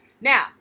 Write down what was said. Now